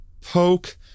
poke